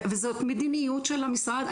וזאת מדיניות של המשרד.